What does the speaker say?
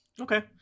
Okay